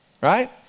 right